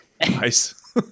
Nice